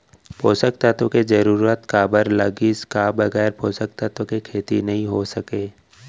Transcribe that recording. पोसक तत्व के जरूरत काबर लगिस, का बगैर पोसक तत्व के खेती नही हो सके?